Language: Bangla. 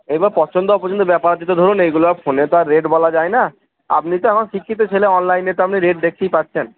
এবার পছন্দ অপছন্দের ব্যাপার আছে তো ধরুন এগুলো ফোনে তো আর রেট বলা যায় না আপনি তো এখন শিক্ষিত ছেলে অনলাইনে তো আপনি রেট দেখতেই পাচ্ছেন